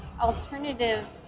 Alternative